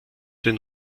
den